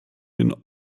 den